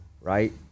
right